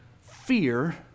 fear